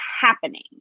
happening